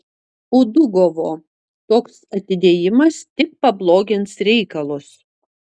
udugovo toks atidėjimas tik pablogins reikalus